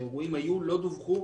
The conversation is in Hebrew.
שאירועים היו ולא דווחו,